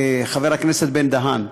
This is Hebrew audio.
חבר הכנסת בן-דהן,